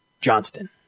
Johnston